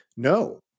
No